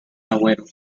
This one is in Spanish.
agüero